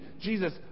Jesus